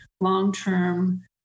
long-term